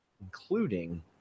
including